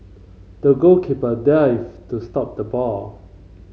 the goalkeeper dived to stop the ball